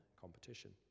competition